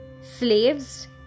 slaves